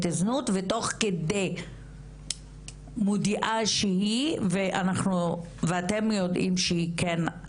זנות ותוך כדי מודיעה שהיא ואתם יודעים שהיא כן,